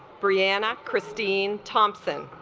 briana christine thompson